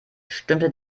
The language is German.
stimmte